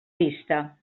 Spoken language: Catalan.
vista